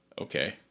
Okay